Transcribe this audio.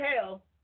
hell